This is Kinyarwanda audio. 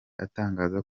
atangaza